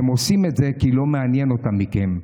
הם עושים את זה כי לא מעניין אותם מכם.